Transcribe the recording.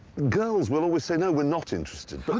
girls will always say, no, we're not interested. oh,